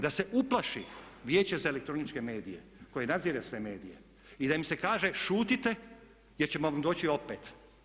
Da se uplaši Vijeće za elektroničke medije koje nadzire sve medije i da im se kaže šutite jer ćemo vam doći opet.